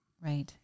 right